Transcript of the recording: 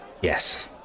yes